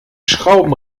schrauben